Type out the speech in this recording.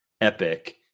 epic